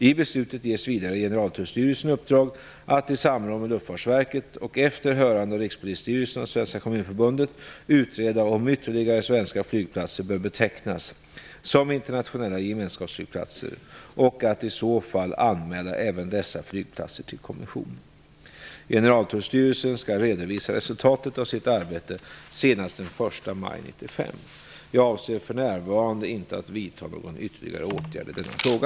I beslutet ges vidare Generaltullstyrelsen i uppdrag att, i samråd med Luftfartsverket och efter hörande av Rikspolisstyrelsen och Svenska Kommunförbundet, utreda om ytterligare svenska flygplatser bör betecknas som internationella gemenskapsflygplatser och att i så fall anmäla även dessa flygplatser till kommissionen. Generaltullstyrelsen skall redovisa resultatet av sitt arbete senast den 1 maj 1995. Jag avser för närvarande inte att vidta någon ytterligare åtgärd i denna fråga.